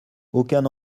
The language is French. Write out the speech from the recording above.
aucun